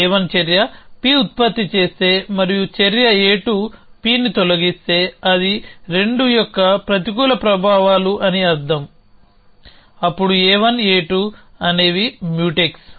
a1 చర్య P ఉత్పత్తి చేస్తే మరియు చర్య a2 Pని తొలగిస్తే అది a2 యొక్క ప్రతికూల ప్రభావాలు అని అర్థంఅప్పుడు a1a2 అనేవి మ్యూటెక్స్